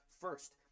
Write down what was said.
first